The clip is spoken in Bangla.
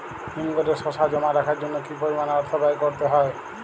হিমঘরে শসা জমা রাখার জন্য কি পরিমাণ অর্থ ব্যয় করতে হয়?